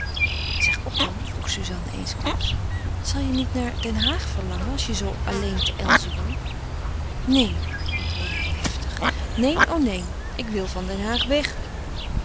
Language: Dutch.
zeg otto vroeg suzanne eensklaps zal je niet naar den haag verlangen als je zoo alleen te elzen woont neen antwoordde hij heftig neen o neen ik wil van den haag weg